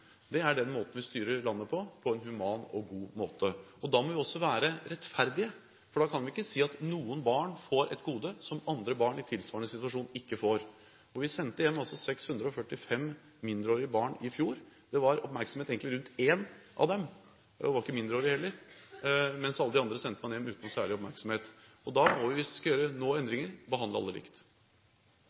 Det er den måten vi styrer landet på, på en human og god måte. Da må vi også være rettferdige. Da kan vi ikke si at noen barn får et gode som andre barn i tilsvarende situasjon ikke får. Vi sendte altså hjem 645 mindreårige barn i fjor. Det var egentlig bare oppmerksomhet rundt ett av dem – det var ikke en mindreårig heller – mens alle de andre sendte man hjem uten noen særlig oppmerksomhet. Og da må vi, hvis vi nå skal gjøre endringer, behandle alle likt.